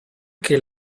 che